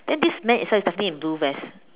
then this man inside is in blue vest